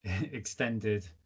extended